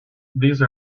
these